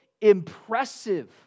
impressive